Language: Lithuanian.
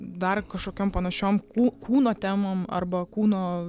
dar kažkokiom panašiom kū kūno temom arba kūno